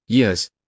Yes